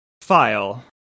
file